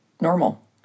normal